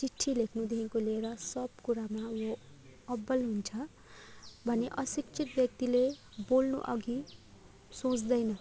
चिठी लेख्नुदेखिको लिएर सब कुरामा अब्बल हुन्छ भने अशिक्षित व्यक्तिले बोल्नु अघि सोच्दैन